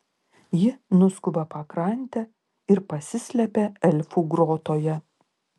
ji nuskuba pakrante ir pasislepia elfų grotoje